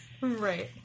Right